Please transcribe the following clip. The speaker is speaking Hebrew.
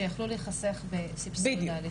שיכלו להיחסך בסבסוד ההליך.